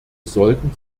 sollten